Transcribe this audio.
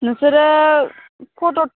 नोंसोरो फट'